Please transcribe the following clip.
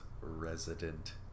resident